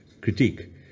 critique